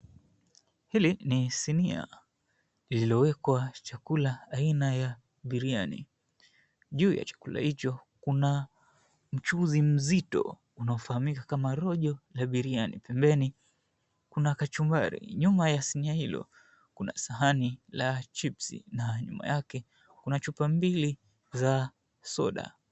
Hili ni sinia lililowekwa chakula aina ya biriani, juu ya chakula hicho kuna mchuzi mzito unaofamika kama rojo la biriani. Pembeni kuna kachumbari. Nyuma ya sinia hilo kuna sahani la chips na nyuma yake kuna chupa mbili za soda.